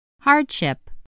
Hardship